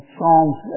Psalms